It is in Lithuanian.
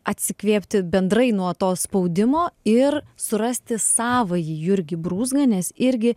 atsikvėpti bendrai nuo to spaudimo ir surasti savąjį jurgį brūzgą nes irgi